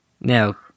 Now